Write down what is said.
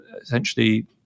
essentially